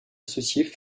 associée